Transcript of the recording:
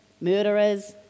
murderers